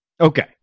Okay